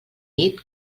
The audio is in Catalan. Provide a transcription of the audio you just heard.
dit